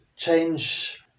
change